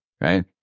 right